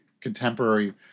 contemporary